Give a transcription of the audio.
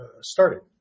started